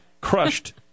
crushed